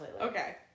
Okay